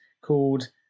called